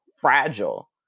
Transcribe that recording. fragile